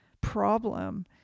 problem